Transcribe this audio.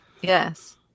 Yes